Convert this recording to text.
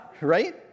right